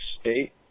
state